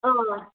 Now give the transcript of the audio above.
ಹಾಂ